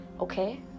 Okay